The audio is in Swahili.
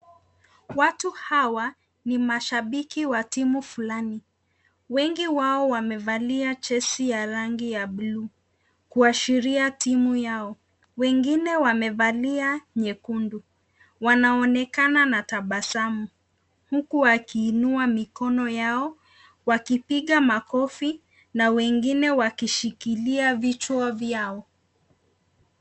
Watu hawa ni mashabiki wa timu fulani. Wengi wao wamevalia jezi ya rangi ya blue kuashiria timu yao. Wengine wamevalia nyekundu, wanaonekana na tabasamu huku wakiinua mikono yao, wakipiga makofi na wengine wakishikilia vichwa vyao.